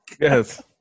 yes